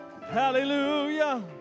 hallelujah